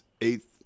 eighth